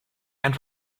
and